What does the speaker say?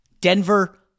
Denver